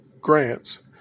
grants